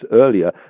earlier